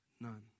None